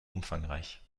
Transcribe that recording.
umfangreich